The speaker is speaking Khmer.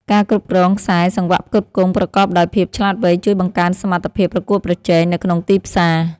ការគ្រប់គ្រងខ្សែសង្វាក់ផ្គត់ផ្គង់ប្រកបដោយភាពឆ្លាតវៃជួយបង្កើនសមត្ថភាពប្រកួតប្រជែងនៅក្នុងទីផ្សារ។